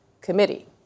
committee